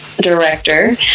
director